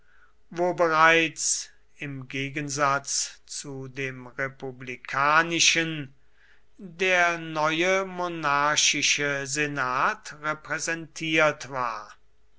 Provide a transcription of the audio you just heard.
wo bereits im gegensatz zu dem republikanischen der neue monarchische senat repräsentiert war